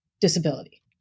disability